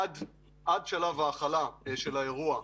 עד שלב ההכלה של האירוע,